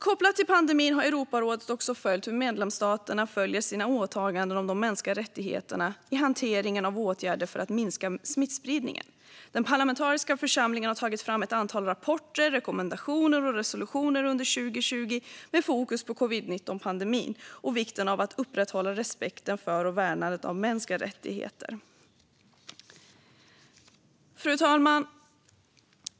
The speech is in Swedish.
Kopplat till pandemin har Europarådet också följt hur medlemsstaterna följer sina åtaganden om de mänskliga rättigheterna i hanteringen av åtgärder för att minska smittspridningen. Den parlamentariska församlingen har tagit fram ett antal rapporter, rekommendationer och resolutioner under 2020 med fokus på covid-19-pandemin och vikten av att upprätthålla respekten för och värnandet av mänskliga rättigheter. Fru talman!